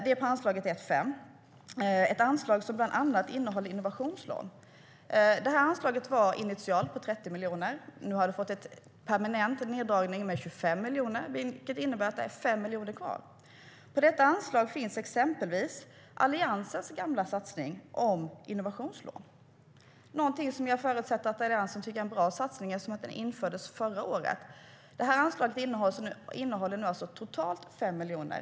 Det är på anslaget 1:5. Det är ett anslag som bland annat innehåller innovationslån. Det anslaget innehåller nu totalt 5 miljoner.